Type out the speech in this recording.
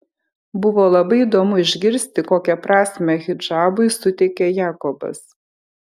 buvo labai įdomu išgirsti kokią prasmę hidžabui suteikia jakobas